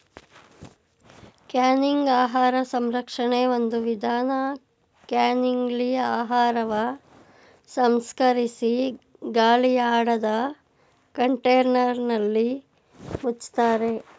canning ಆಹಾರ ಸಂರಕ್ಷಣೆ ಒಂದು ವಿಧಾನ ಕ್ಯಾನಿಂಗ್ಲಿ ಆಹಾರವ ಸಂಸ್ಕರಿಸಿ ಗಾಳಿಯಾಡದ ಕಂಟೇನರ್ನಲ್ಲಿ ಮುಚ್ತಾರೆ